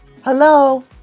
Hello